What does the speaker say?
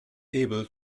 able